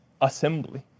assembly